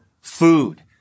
food